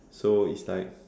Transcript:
so is like